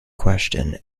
question